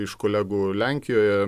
iš kolegų lenkijoje